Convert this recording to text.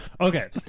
Okay